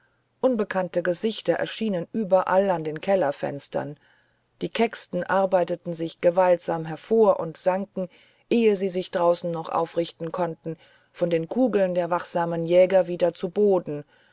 unbekannte gesichter erschienen überall an den kellerfenstern die kecksten arbeiteten sich gewaltsam hervor und sanken ehe sie sich draußen noch aufrichten konnten von den kugeln der wachsamen jäger wieder zu boden